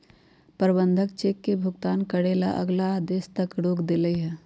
प्रबंधक चेक के भुगतान करे ला अगला आदेश तक रोक देलई ह